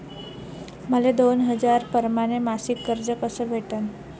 मले दोन हजार परमाने मासिक कर्ज कस भेटन?